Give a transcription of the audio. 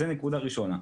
זה נקודה ראשונה.